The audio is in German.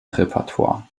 repertoire